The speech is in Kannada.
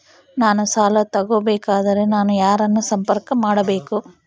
ನಾನು ಸಾಲ ತಗೋಬೇಕಾದರೆ ನಾನು ಯಾರನ್ನು ಸಂಪರ್ಕ ಮಾಡಬೇಕು?